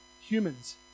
humans